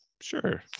Sure